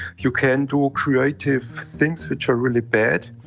you can do ah creative things which are really bad.